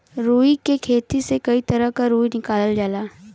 रुई के खेती से कई तरह क रुई निकालल जाला